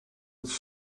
its